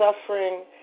suffering